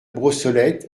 brossolette